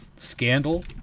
Scandal